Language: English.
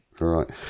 Right